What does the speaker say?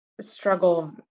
struggle